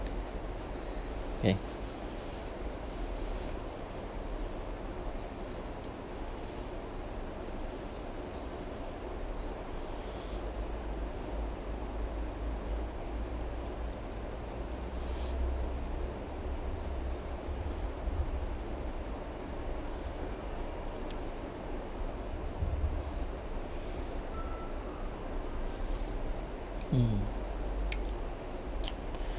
kay mm